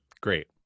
great